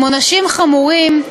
הם עונשים חמורים,